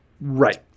Right